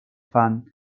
fan